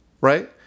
right